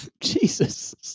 Jesus